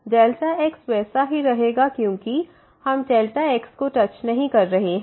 तोx0 x वैसे ही रहेगा क्योंकि हम x को टच नहीं कर रहे हैं